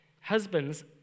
Husbands